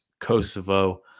Kosovo